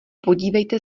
podívejte